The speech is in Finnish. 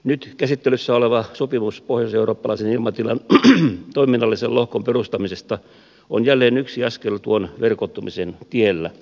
nyt käsittelyssä oleva sopimus pohjoiseurooppalaisen ilmatilan toiminnallisen lohkon perustamisesta on jälleen yksi askel tuon verkottumisen tiellä